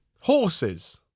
Horses